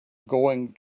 going